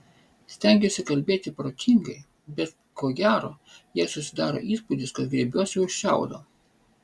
stengiuosi kalbėti protingai bet ko gero jai susidaro įspūdis kad griebiuosi už šiaudo